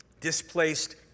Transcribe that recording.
displaced